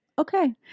okay